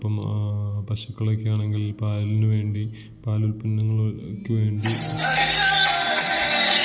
അപ്പം പശുക്കളെക്കെ ആണെങ്കിൽ പാലിനുവേണ്ടി പാലുൽപ്പന്നങ്ങൾക്ക് വേണ്ടി